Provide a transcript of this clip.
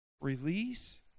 Release